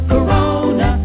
Corona